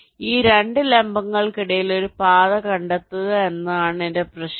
അതിനാൽ ഈ 2 ലംബങ്ങൾക്കിടയിൽ ഒരു പാത കണ്ടെത്തുക എന്നതാണ് എന്റെ പ്രശ്നം